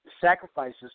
Sacrifices